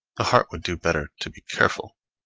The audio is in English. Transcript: the heart would do better to be careful,